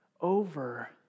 over